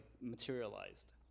materialized